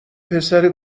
پسر